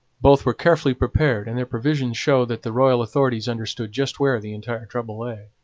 both were carefully prepared and their provisions show that the royal authorities understood just where the entire trouble lay.